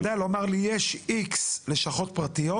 זאת אומרת שאתה יודע לומר לי, יש X לשכות פרטיות,